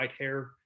Whitehair